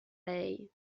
lei